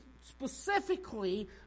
specifically